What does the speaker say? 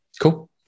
Cool